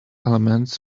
elements